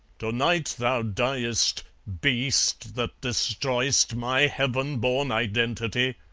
to-night thou diest, beast that destroy'st my heaven-born identity!